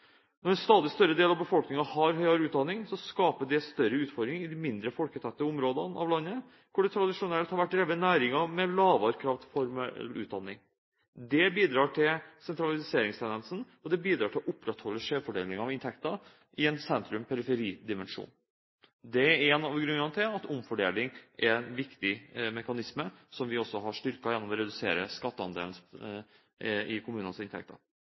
Når en stadig større del av befolkningen har høyere utdanning, skaper det større utfordringer i de mindre folketette områdene av landet, hvor det tradisjonelt har vært drevet næringer med lavere krav til formell utdanning. Det bidrar til sentraliseringstendensen, og det bidrar til å opprettholde skjevfordelingen av inntekter i en sentrum–periferi-dimensjon. Det er en av grunnene til at omfordeling er en viktig mekanisme, som vi også har styrket gjennom å redusere skatteandelen i kommunenes inntekter.